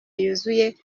yuzuye